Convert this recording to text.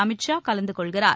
அமித் ஷா கலந்து கொள்கிறார்